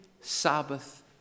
Sabbath